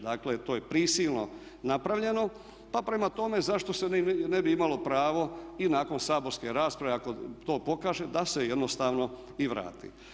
Dakle to je prisilno napravljeno, pa prema tome zašto se ne bi imalo pravo i nakon saborske rasprave ako to pokaže da se jednostavno i vrati.